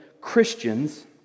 Christians